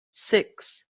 six